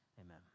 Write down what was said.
Amen